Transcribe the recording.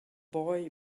boy